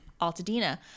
Altadena